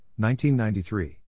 1993